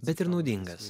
bet ir naudingas